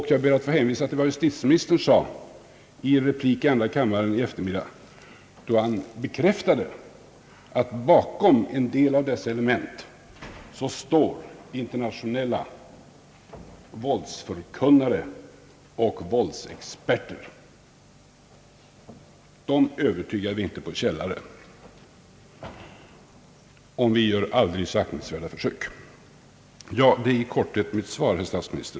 Jag ber att få hänvisa till vad justitieministern sade i en replik i andra kammaren i dag, då han bekräftade att bakom en del av dessa element står internationella våldsförkunnare och våldsexperter. Dem övertygar vi inte på någon källare, även om vi gör aldrig så aktningsvärda försök. Det är i korthet mitt svar, herr statsminister.